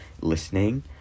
listening